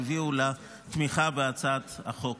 שהביאו לתמיכה בהצעת החוק,